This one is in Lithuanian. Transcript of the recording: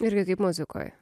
irgi kaip muzikoj